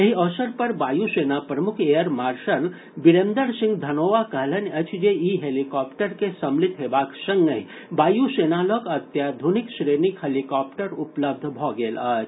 एहि अवसर पर वायू सेना प्रमुख एयर मार्शल बीरेंद्र सिंह धनोआ कहलनि अछि जे ई हेलीकॉप्टर के सम्मिलित हेबाक संगहि वायु सेना लऽग अत्याधुनिक श्रेणीक हेलीकॉप्टर उपलब्ध भऽ गेल अछि